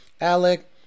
Alec